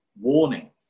warning